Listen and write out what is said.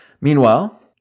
meanwhile